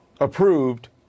approved